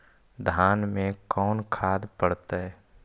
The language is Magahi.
धान मे कोन खाद पड़तै?